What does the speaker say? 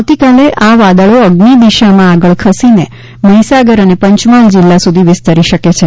આવતીકાલે આ વાદળો અઝિ દિશામાં આગળ ખસીને મહીસાગર અને પંચમહાલ જિલ્લા સુધી વિસતરી શકે છે